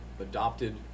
adopted